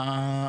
אה הבנתי, אוקי.